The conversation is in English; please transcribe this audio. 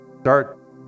start